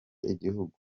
igihugu